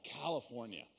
California